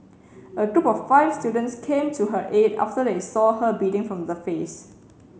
a group of five students came to her aid after they saw her bleeding from her face